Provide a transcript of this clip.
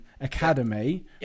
academy